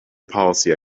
policy